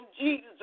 Jesus